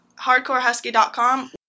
HardcoreHusky.com